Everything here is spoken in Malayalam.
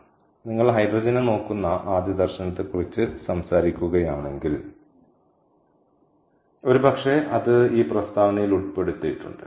അതിനാൽ നിങ്ങൾ ഹൈഡ്രജനെ നോക്കുന്ന ആദ്യ ദർശനത്തെക്കുറിച്ച് സംസാരിക്കുകയാണെങ്കിൽ ഒരുപക്ഷേ അത് ഈ പ്രസ്താവനയിൽ ഉൾപ്പെടുത്തിയിട്ടുണ്ട്